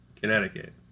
Connecticut